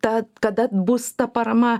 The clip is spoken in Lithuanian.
ta kada bus ta parama